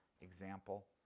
example